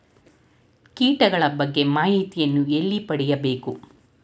ಕೀಟಗಳ ಬಗ್ಗೆ ಮಾಹಿತಿಯನ್ನು ಎಲ್ಲಿ ಪಡೆಯಬೇಕು?